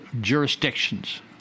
jurisdictions